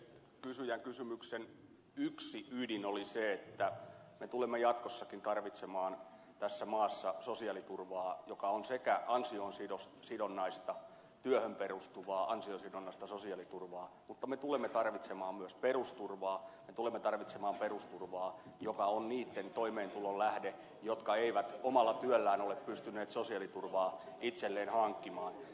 kysyjän kysymyksen yksi ydin oli se että me tulemme jatkossakin tarvitsemaan tässä maassa sosiaaliturvaa joka on työhön perustuvaa ansiosidonnaista sosiaaliturvaa mutta me tulemme tarvitsemaan myös perusturvaa me tulemme tarvitsemaan perusturvaa joka on niitten toimeentulon lähde jotka eivät omalla työllään ole pystyneet sosiaaliturvaa itselleen hankkimaan